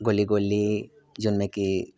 गोली गोली जाहिमे की